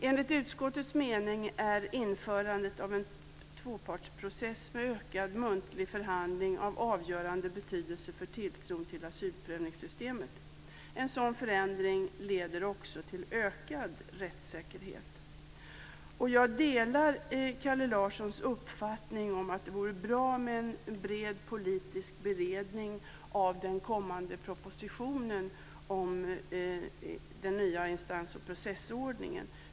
Enligt utskottets mening är införandet av en tvåpartsprocess med ökad muntlig förhandling av avgörande betydelse för tilltron till asylprövningsssystemet. En sådan förändring leder också till ökad rättssäkerhet. Jag delar Kalle Larssons uppfattning om att det vore bra med en bred politisk beredning av den kommande propositionen om den nya instans och processordningen.